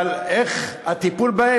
אבל איך הטיפול בהם?